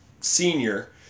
senior